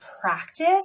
practice